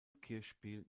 kirchspiel